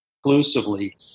exclusively